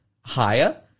higher